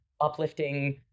uplifting